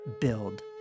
build